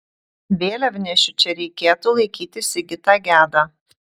vėliavnešiu čia reikėtų laikyti sigitą gedą